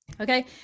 Okay